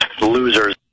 losers